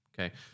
Okay